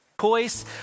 choice